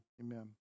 amen